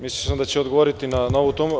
Mislio sam da će odgovoriti na ovu temu.